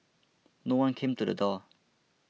no one came to the door